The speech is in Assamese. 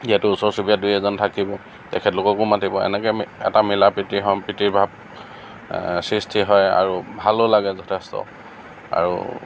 ইয়াতো ওচৰ চুবুৰীয়া দুই এজন থাকিব তেখেতলোককো মাতিব এনেকৈ এটা মিলাপ্ৰীতি সম্প্ৰীতিৰ ভাব সৃষ্টি হয় আৰু ভালো লাগে যথেষ্ট আৰু